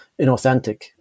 inauthentic